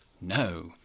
No